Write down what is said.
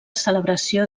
celebració